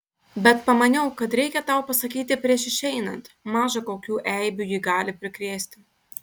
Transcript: bet pamaniau kad reikia tau pasakyti prieš išeinant maža kokių eibių ji gali prikrėsti